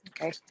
Okay